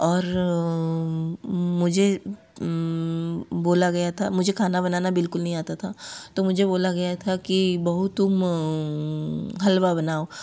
और मुझे बोला गया था मुझे खाना बनाना बिलकुल नहीं आता था तो मुझे बोला गया था कि बहु तुम हलवा बनाओ